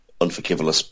unforgivable